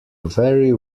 very